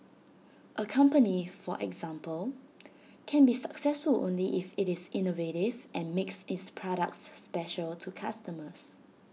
A company for example can be successful only if IT is innovative and makes its products special to customers